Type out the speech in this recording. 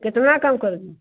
कितना कम कर दिए